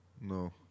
No